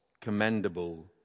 commendable